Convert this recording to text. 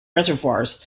reservoirs